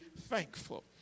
thankful